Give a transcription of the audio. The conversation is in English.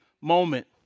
moment